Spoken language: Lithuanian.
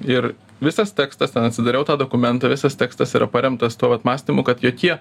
ir visas tekstas ten atsidariau tą dokumentą visas tekstas yra paremtas tuo vat mąstymu kad jokie